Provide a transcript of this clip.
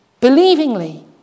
believingly